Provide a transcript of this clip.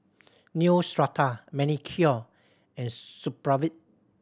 Neostrata Manicare and Supravit